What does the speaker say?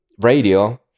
radio